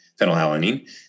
phenylalanine